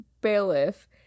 bailiff